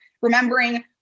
remembering